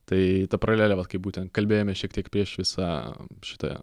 tai ta paralelė vat kai būtent kalbėjome šiek tiek prieš visą šitą